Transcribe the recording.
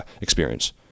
experience